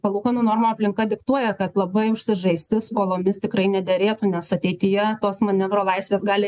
palūkanų normų aplinka diktuoja kad labai užsižaisti skolomis tikrai nederėtų nes ateityje tos manevro laisvės gali